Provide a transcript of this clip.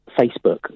Facebook